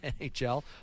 nhl